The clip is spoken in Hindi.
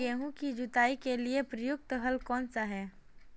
गेहूँ की जुताई के लिए प्रयुक्त हल कौनसा है?